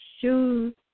shoes